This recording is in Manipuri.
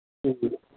ꯎꯝ